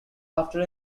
after